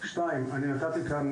שנית אני נתתי כאן